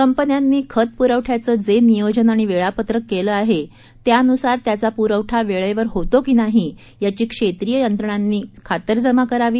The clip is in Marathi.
कंपन्यांनी खत पुरवठ्याचं जे नियोजन आणि वेळापत्रक केलं आहे त्यानुसार त्याचा पुरवठा वेळेवर होतो की नाही याची क्षेत्रिय यंत्रणांनी खातरजमा करावी